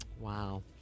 Wow